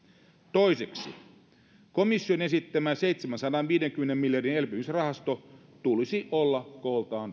toiseksi komission esittämän seitsemänsadanviidenkymmenen miljardin elpymisrahaston tulisi olla kooltaan pienempi